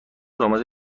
آماده